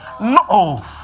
No